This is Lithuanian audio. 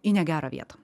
į negerą vietą